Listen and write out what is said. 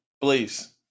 please